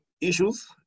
issues